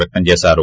వ్యక్తం చేశారు